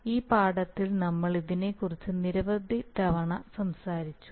ഈ പാഠത്തിൽ നമ്മൾ ഇതിനെക്കുറിച്ച് നിരവധി തവണ സംസാരിച്ചു